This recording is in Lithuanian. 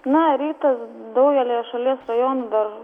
na rytas daugelyje šalies rajonų dar